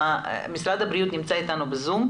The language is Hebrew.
משרד הבריאות נמצא איתנו בזום,